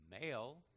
male